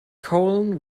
colne